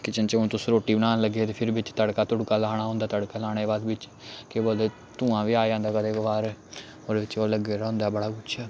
kitchen च हून तुस रुट्टी बनान लगे ते फिर बिच्च तड़का तुड़का लाना होंदा तड़का लाने दे बाद बिच्च केह् बोलदे धुआं बी आ जंदा कदें कदार ओह्दे बिच्च ओह् लग्गे दा होंदा बड़ा कुछ